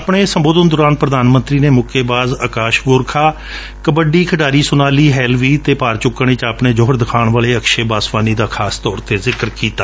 ਆਪਣੇ ਸੰਬੋਧਨ ਦੌਰਾਨ ਪ੍ਰਧਾਨ ਮੰਤਰੀ ਨੇ ਮੁਕੇਬਾਜ਼ ਅਕਾਸ਼ ਗੋਰਖਾ ਕਬੱਡੀ ਖਿਡਾਰੀ ਸੋਨਾਲੀ ਹੈਲਵੀ ਅਤੇ ਭਾਰ ਚੁੱਕਣ ਵਿਚ ਆਪਣੇ ਜੌਹਰ ਦਿਖਾਉਣ ਵਾਲੇ ਅਕਸ਼ੈ ਬਾਸਵਾਨੀ ਦਾ ਖਾਸ ਤੌਰ ਤੇ ਜ਼ਿਕਰ ਕੀਤਾ